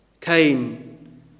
Cain